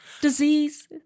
disease